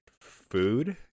food